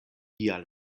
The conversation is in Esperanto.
tial